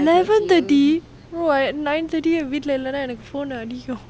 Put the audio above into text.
and eleven thirty what nine thirty என் வீட்டுல இல்லனா எனக்கு:en veetula illana ennaku phone அடிக்கும்:adikum